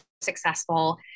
successful